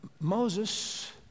Moses